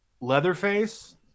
Leatherface